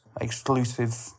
exclusive